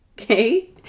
okay